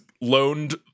loaned